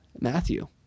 Matthew